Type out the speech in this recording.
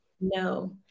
No